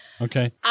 Okay